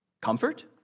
comfort